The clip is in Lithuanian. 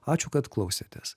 ačiū kad klausėtės